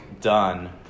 done